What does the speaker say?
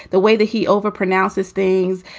the way that he overanalysis things,